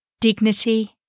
dignity